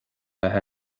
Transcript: bheith